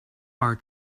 are